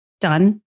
done